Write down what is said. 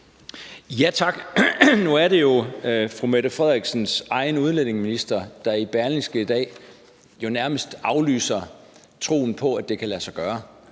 Tak. Nu er det jo fru Mette Frederiksens egen udlændingeminister, der i Berlingske i dag nærmest aflyser troen på, at det kan lade sig gøre.